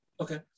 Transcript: Okay